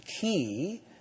key